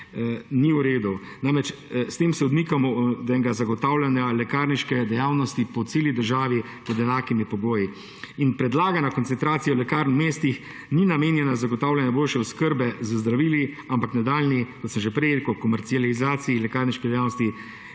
ni v redu. Namreč, s tem se odmikamo od zagotavljanja lekarniške dejavnosti po celi državi pod enakimi pogoji. In predlagana koncentracija lekarn v mestih ni namenjena zagotavljanju boljše oskrbe z zdravili, ampak nadaljnji, kot sem že prej rekel, komercializaciji lekarniške dejavnosti